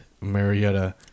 Marietta